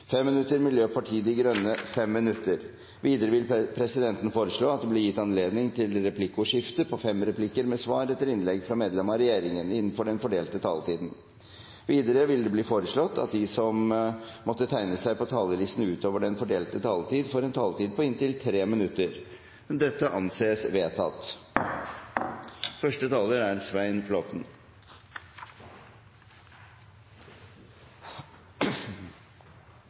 fem replikker med svar etter innlegg fra medlem av regjeringen innenfor den fordelte taletid. Videre blir det foreslått at de som måtte tegne seg på talerlisten utover den fordelte taletid, får en taletid på inntil 3 minutter. – Det anses vedtatt. Representanten Svein Flåtten